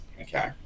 Okay